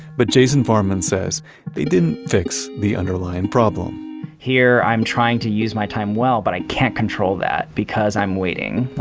but jason farman says they didn't fix the underlying problem here, i'm trying to use my time well, but i can't control that because i'm waiting.